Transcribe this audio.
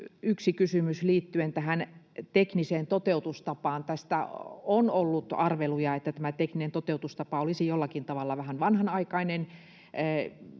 yksi kysymys liittyen tähän tekniseen toteutustapaan: Tästä on ollut arveluja, että tämä tekninen toteutustapa olisi jollakin tavalla vähän vanhanaikainen.